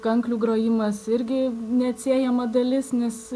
kanklių grojimas irgi neatsiejama dalis nes